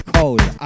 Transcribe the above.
Cold